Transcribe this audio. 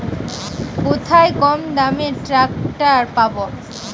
কোথায় কমদামে ট্রাকটার পাব?